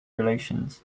relations